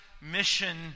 mission